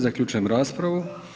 Zaključujem raspravu.